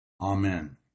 Amen